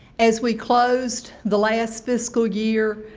as we closed the last fiscal year,